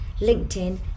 LinkedIn